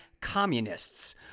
communists